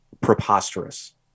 preposterous